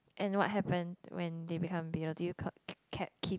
and what happened when they become you know do you kept keep